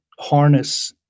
harness